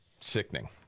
sickening